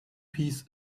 piece